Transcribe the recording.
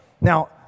Now